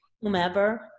whomever